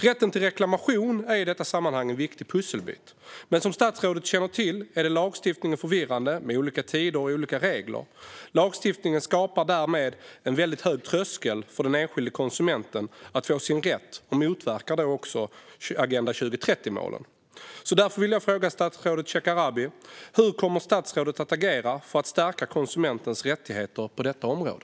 Rätten till reklamation är i detta sammanhang en viktig pusselbit, men som statsrådet Shekarabi känner till är lagstiftningen förvirrande med olika tider och olika regler. Lagstiftningen skapar därmed en väldigt hög tröskel för att den enskilde konsumenten ska få sin rätt och motverkar därmed också Agenda 2030-målen. Därför vill jag fråga statsrådet: Hur kommer statsrådet att agera för att stärka konsumentens rättigheter på detta område?